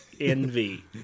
envy